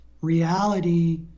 reality